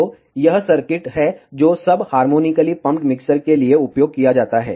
तो यह सर्किट है जो सब हारमोनीकली पम्पड मिक्सर के लिए उपयोग किया जाता है